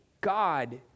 God